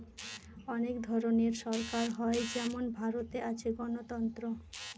অনেক ধরনের সরকার হয় যেমন ভারতে আছে গণতন্ত্র